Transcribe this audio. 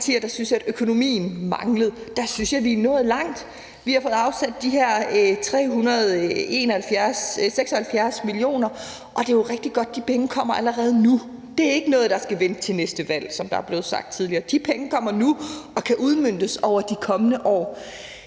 der syntes, at økonomien manglede. Der synes jeg, vi er nået langt. Vi har fået afsat de her 376 mio. kr., og det er jo rigtig godt, at de penge kommer allerede nu. Det er ikke noget, der skal vente til næste valg, som der er blevet sagt tidligere; de penge kommer nu og kan udmøntes over de kommende år.